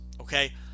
okay